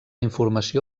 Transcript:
informació